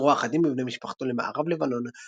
היגרו אחדים מבני משפחתו למערב לבנון,